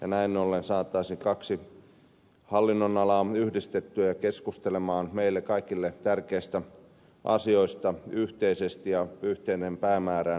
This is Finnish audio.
näin ollen saataisiin kaksi hallinnonalaa yhdistettyä ja keskustelemaan meille kaikille tärkeistä asioista yhteisesti ja yhteiseen päämäärään liittyen